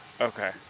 Okay